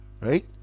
Right